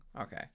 okay